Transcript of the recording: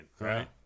right